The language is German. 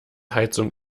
heizung